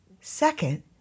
Second